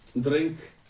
drink